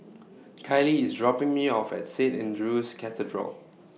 Kylie IS dropping Me off At Saint Andrew's Cathedral